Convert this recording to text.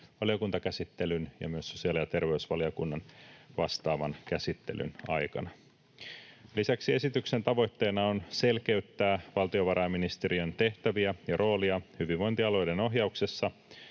valiokuntakäsittelyn ja myös sosiaali‑ ja terveysvaliokunnan vastaavan käsittelyn aikana. Lisäksi esityksen tavoitteena on selkeyttää valtiovarainministeriön tehtäviä ja roolia hyvinvointialueiden ohjauksessa